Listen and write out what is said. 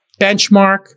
Benchmark